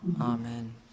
Amen